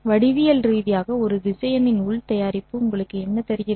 வடிவியல் ரீதியாக ஒரு திசையனின் உள் தயாரிப்பு உங்களுக்கு என்ன தருகிறது